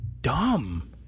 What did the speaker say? dumb